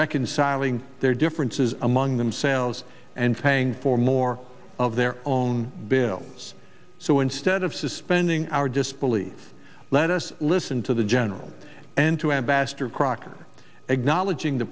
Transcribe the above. reconciling their differences among themselves and paying for more of their own bills so instead of suspending our disbelief let us listen to the general and to ambassador crocker acknowledging the